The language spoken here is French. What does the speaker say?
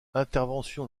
intervention